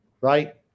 right